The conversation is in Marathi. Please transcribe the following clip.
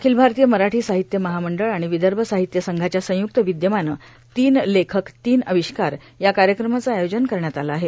अखिल भारतीय मराठी साहित्य महामंडळ आणि विदर्भ साहित्य संघाच्या संय्रक्त विद्यमानं तीन लेखक तीन अविष्कार या कार्यक्रमाचं आयोजन करण्यात आलं आहे